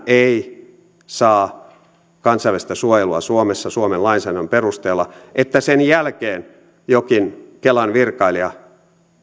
ei saa kansainvälistä suojelua suomessa suomen lainsäädännön perusteella ja sen jälkeen joku kelan virkailija